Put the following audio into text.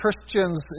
Christians